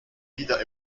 wieder